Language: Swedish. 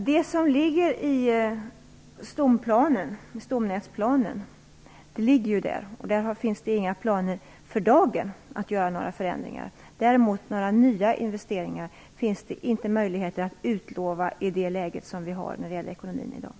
Herr talman! Det som finns med i stomnätsplanen finns där. Det finns för dagen inga planer på förändringar. I det ekonomiska läge som vi i dag befinner oss i är det inte möjligt att utlova några nya investeringar.